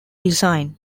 design